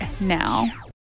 now